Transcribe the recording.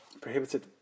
prohibited